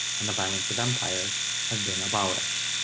and the violence of empire have been abolished.